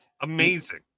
amazing